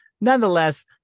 nonetheless